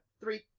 Three